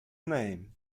name